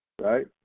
right